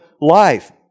life